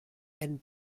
and